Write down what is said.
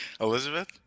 Elizabeth